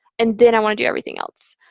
and then i want to do everything else.